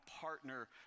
partner